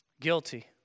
Guilty